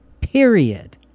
period